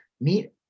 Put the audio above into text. Meet